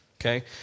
Okay